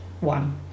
one